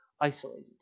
isolated